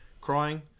crying